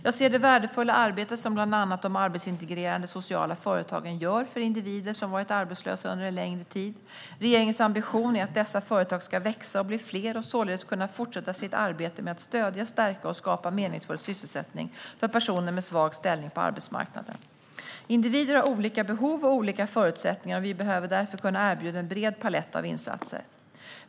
Jag ser det värdefulla arbete som bland annat de arbetsintegrerande sociala företagen gör för individer som varit arbetslösa under en längre tid. Regeringens ambition är att dessa företag ska växa och bli fler och således kunna fortsätta sitt arbete med att stödja, stärka och skapa meningsfull sysselsättning för personer med svag ställning på arbetsmarknaden. Individer har olika behov och olika förutsättningar, och vi behöver därför kunna erbjuda en bred palett av insatser.